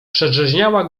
przedrzeźniała